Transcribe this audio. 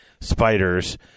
spiders